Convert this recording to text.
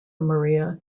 maria